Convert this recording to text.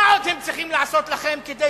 מה עוד הם צריכים לעשות לכם כדי